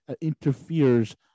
interferes